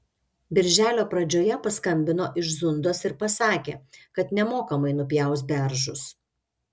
birželio pradžioje paskambino iš zundos ir pasakė kad nemokamai nupjaus beržus